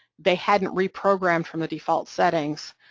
they hadn't reprogrammed from the default settings,